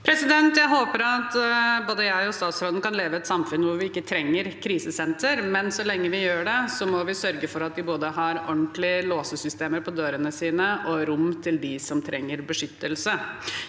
Jeg håper at både jeg og statsråden kan leve i et samfunn hvor vi ikke trenger krisesentre, men så lenge vi gjør det, må vi sørge for at de har både ordentlige låsesystemer på dørene sine og rom til dem som trenger beskyttelse.